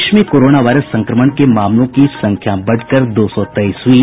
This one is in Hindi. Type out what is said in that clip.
देश में कोरोना वायरस संक्रमण के मामलों की संख्या बढ़कर दो सौ तेईस हुयी